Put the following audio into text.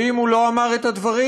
ואם הוא לא אמר את הדברים,